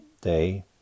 day